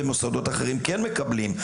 ומוסדות אחרים כן מקבלים.